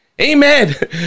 Amen